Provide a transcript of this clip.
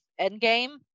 Endgame